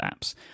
apps